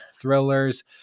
thrillers